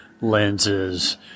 lenses